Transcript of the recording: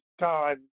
time